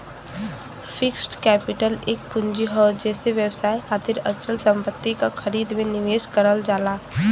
fixed capital एक पूंजी हौ जेसे व्यवसाय खातिर अचल संपत्ति क खरीद में निवेश करल जाला